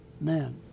men